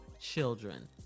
children